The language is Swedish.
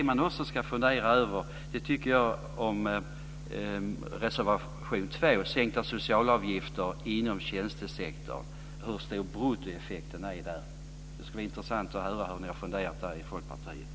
Jag tycker också att man ska fundera över hur stor bruttoeffekten är när det gäller reservation 2 om sänkta socialavgifter inom tjänstesektorn. Det skulle vara intressant att höra hur ni har funderat i Folkpartiet.